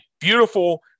beautiful